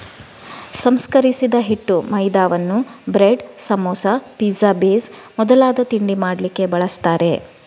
ಸಂಸ್ಕರಿಸಿದ ಹಿಟ್ಟು ಮೈದಾವನ್ನ ಬ್ರೆಡ್, ಸಮೋಸಾ, ಪಿಜ್ಜಾ ಬೇಸ್ ಮೊದಲಾದ ತಿಂಡಿ ಮಾಡ್ಲಿಕ್ಕೆ ಬಳಸ್ತಾರೆ